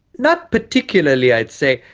not particularly i'd say.